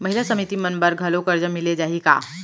महिला समिति मन बर घलो करजा मिले जाही का?